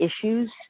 issues